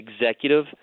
executive